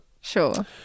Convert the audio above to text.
Sure